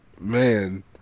Man